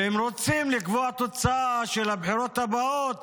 והם רוצים לקבוע תוצאה של הבחירות הבאות